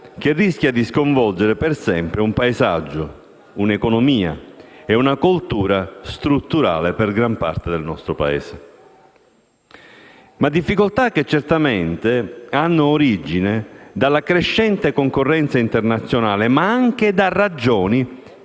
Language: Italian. che rischia di sconvolgere per sempre un paesaggio, un'economia e una coltura strutturale per gran parte del nostro Paese. Difficoltà che certamente hanno origine dalla crescente concorrenza internazionale, ma anche da ragioni